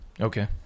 okay